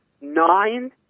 nine